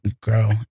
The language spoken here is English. grow